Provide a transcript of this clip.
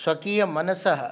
स्वकीयमनसः